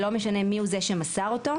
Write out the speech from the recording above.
לא משנה מי הוא זה שמסר אותו,